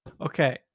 Okay